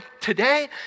today